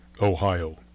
Ohio